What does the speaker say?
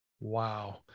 Wow